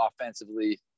offensively